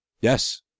Yes